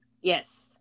Yes